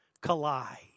collide